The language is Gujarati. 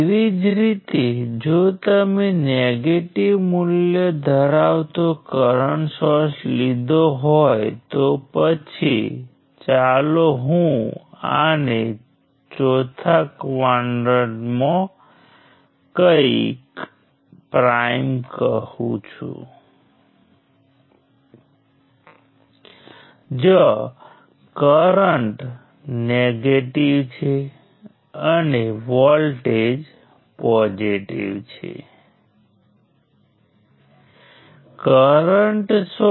તેથી બધા નોડ્સ લૂપ બનાવ્યા વિના તેની સાથે જોડાયેલ ઓછામાં ઓછી એક બ્રાન્ચ હોવી જોઈએ તેથી આ સ્પષ્ટ હોવું જોઈએ જો હું એક ઉદાહરણ બતાવું તો તે ઘણા ટ્રીજ હોઈ શકે છે ત્યાં ઘણી બધી શક્યતાઓ છે પરંતુ તમે તેમાંથી કોઈપણથી શરૂઆત કરી શકો છો